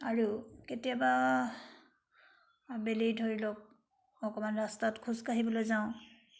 আৰু কেতিয়াবা আবেলি ধৰি লওক অকণমান ৰাস্তাত খোজকাঢ়িবলৈ যাওঁ